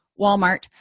walmart